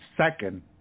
second